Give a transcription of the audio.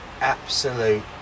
absolute